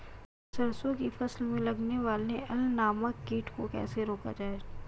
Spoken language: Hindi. सरसों की फसल में लगने वाले अल नामक कीट को कैसे रोका जाए?